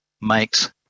makes